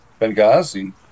Benghazi